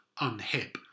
unhip